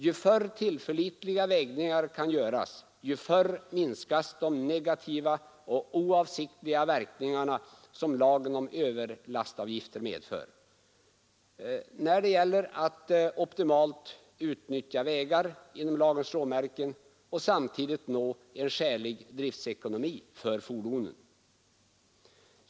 Ju förr tillförlitliga vägningar kan göras, desto förr minskas de negativa och oavsiktliga verkningar som lagen om överlastavgifter medför, när det gäller att optimalt utnyttja vägar inom lagens råmärken och samtidigt nå en skälig driftekonomi för fordonen.